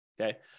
okay